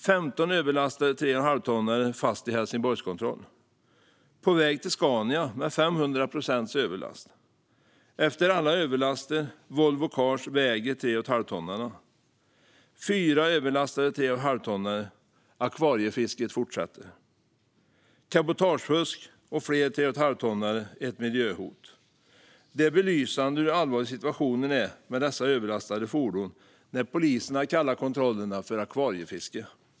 "15 överlastade 3,5-tonnare fast i Helsingborgskontroll", "På väg till Scania - med 500 procents överlast", "Efter alla överlaster - Volvo Cars väger 3,5-tonnarna", "Fyra överlastade 3,5-tonnare - 'akvariefisket' fortsätter", "Cabotagefusk och fler 3,5-tonnare ett miljöhot". Att polisen kallar kontrollerna för akvariefiske belyser hur allvarlig situationen är med dessa överlastade fordon.